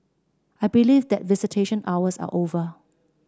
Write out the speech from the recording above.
I believe that visitation hours are over